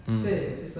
mm